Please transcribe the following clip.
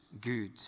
good